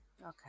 okay